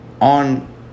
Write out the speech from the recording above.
On